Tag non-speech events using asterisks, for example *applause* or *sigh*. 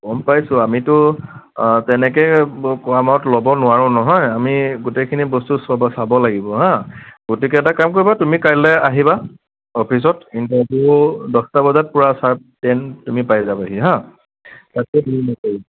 গ'ম পাইছোঁ আমিতো তেনেকৈ কামত ল'ব নোৱাৰোঁ নহয় আমি গোটেইখিনি বস্তু চবে চাব লাগিব হাঁ গতিকে এটা কাম কৰিবা তুমি কাইলৈ আহিবা অফিচত ইণ্টাৰভিউ দহটা বজাত পূৰা *unintelligible* টেন তুমি পাই যাবাহি হা তাতকৈ দেৰি নকৰিবা